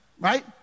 right